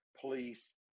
police